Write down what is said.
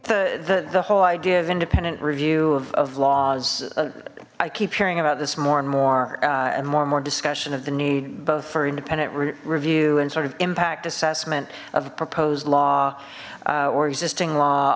the the the whole idea of independent review of laws i keep hearing about this more and more and more more discussion of the need both for independent review and sort of impact assessment of proposed law or existing law